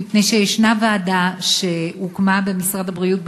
מפני שישנה ועדה שהוקמה במשרד הבריאות,